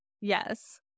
Yes